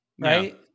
Right